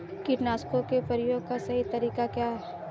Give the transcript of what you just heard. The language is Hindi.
कीटनाशकों के प्रयोग का सही तरीका क्या है?